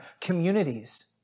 communities